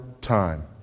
time